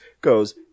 goes